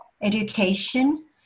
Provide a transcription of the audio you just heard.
education